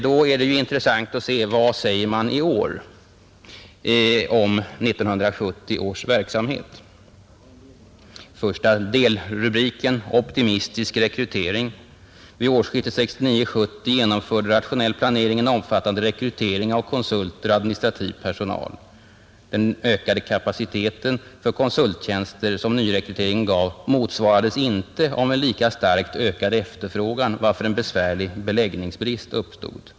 Då är det intressant att se vad man säger i år om 1970 års verksamhet. Första delrubriken är Optimistisk rekrytering och där heter det: ”Vid årsskiftet 1969/70 genomförde RP en omfattande rekrytering av konsulter och administrativ personal. Den ökade kapacitet för konsulttjänster som nyrekryteringen gav motsvarades inte av lika starkt ökad efterfrågan, varför en besvärande beläggningsbrist uppstod.